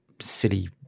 silly